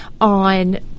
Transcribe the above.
on